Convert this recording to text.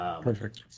Perfect